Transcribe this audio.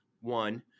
One